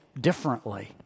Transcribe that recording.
differently